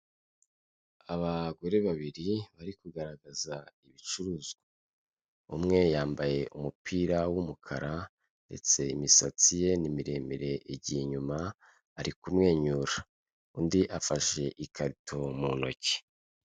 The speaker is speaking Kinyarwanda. Abagore babiri bari kugaragaza ibicuruzwa, umwe yambaye umupira w'umukara ndetse imisatsi ye ni miremire igiye inyuma, ari kumwenyura undi afashe ikarito mu ntoki.